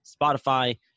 Spotify